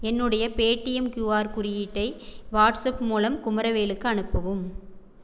என்னுடைய Paytm QR குறியீட்டை WhatsApp மூலம் குமரவேலுக்கு அனுப்பவும்